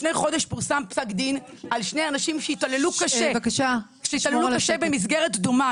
לפני חודש פורסם פסק דין על שני אנשים שהתעללו קשה במסגרת דומה,